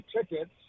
tickets